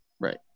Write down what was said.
Right